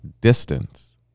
distance